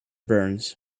burns